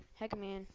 Heckman